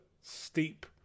Steep